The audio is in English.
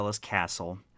Castle